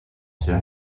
hier